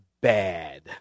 bad